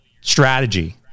strategy